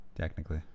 technically